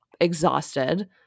exhausted